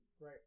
Right